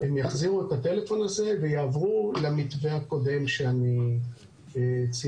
הם יחזירו את הטלפון הזה ויעברו למתווה הקודם שאני ציינתי.